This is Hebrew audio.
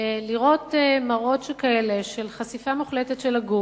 לראות מראות שכאלה, של חשיפה מוחלטת של הגוף,